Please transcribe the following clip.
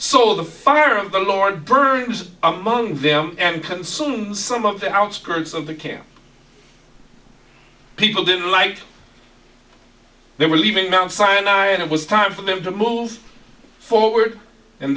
so the fire of the lord burns among them and consume some of the outskirts of the camp people didn't like they were leaving mt sinai and it was time for them to move forward and